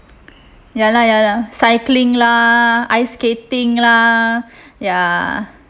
ya lah ya lah cycling lah ice skating lah ya